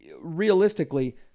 realistically